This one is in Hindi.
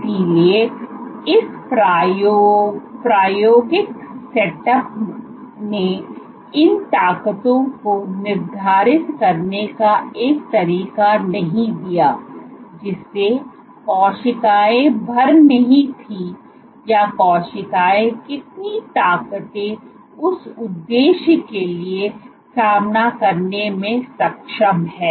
इसलिए इस प्रायोगिक सेटअप ने इन ताकतों को निर्धारित करने का एक तरीका नहीं दिया जिसे कोशिकाएं भर रही थीं या कोशिकाएं कितनी ताकतें उस उद्देश्य के लिए सामना करने में सक्षम हैं